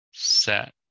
set